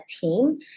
team